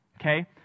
Okay